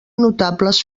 notables